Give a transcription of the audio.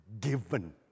given